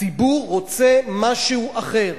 הציבור רוצה משהו אחר.